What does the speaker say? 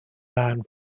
man